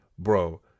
Bro